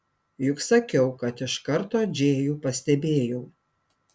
juk sakiau kad iš karto džėjų pastebėjau